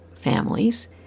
families